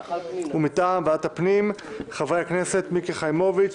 ומטעם ועדת הפנים והגנת הסביבה חברי הכנסת מיקי חיימוביץ,